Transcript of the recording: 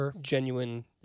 genuine